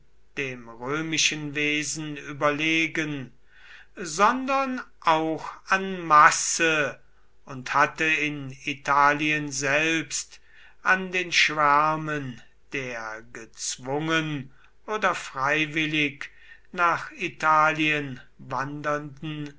dem römischen wesen überlegen sondern auch an masse und hatte in italien selbst an den schwärmen der gezwungen oder freiwillig nach italien wandernden